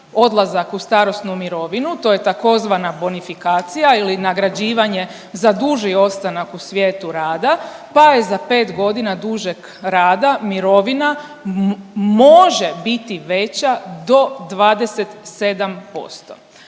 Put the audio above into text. odlazak u starosnu mirovinu to je tzv. bonifikacija ili nagrađivanje za duži ostanak u svijetu rada, pa je za 5 godina dužeg rada mirovina može biti veća do 27%.